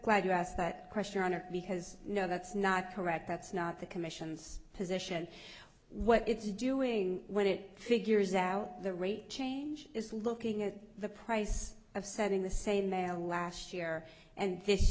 glad you asked that question on it because no that's not correct that's not the commission's position what it's doing when it figures out the rate change is looking at the price of sending the same mail last year and this